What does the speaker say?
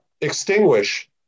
extinguish